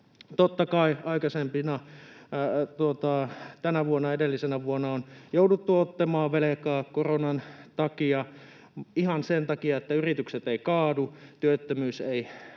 Totta kai aikaisemmin, tänä vuonna ja edellisenä vuonna, on jouduttu ottamaan velkaa koronan takia, ihan sen takia, että yritykset eivät kaadu ja työttömyys ei olisi